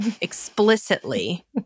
explicitly